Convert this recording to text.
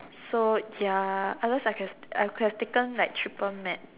so ya others I can I could have taken like triple math